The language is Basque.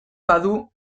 badu